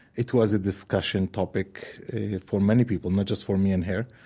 it was a discussion topic for many people, not just for me and her,